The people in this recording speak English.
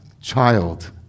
child